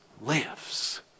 lives